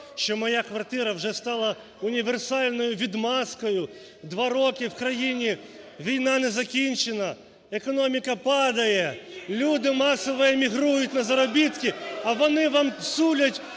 що моя квартира вже стала універсальною відмазкою. Два роки в країні війна незакінчена, економіка падає, люди масово емігрують на заробітки, а вони вам сулять